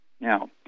Now